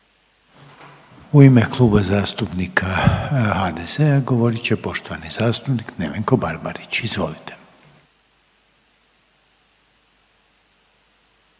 U ime Kluba zastupnika HDZ-a govorit će poštovana zastupnica Vesna Bedeković. Izvolite.